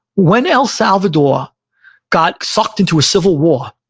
when el salvador got sucked into a civil war,